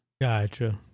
Gotcha